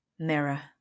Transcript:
mirror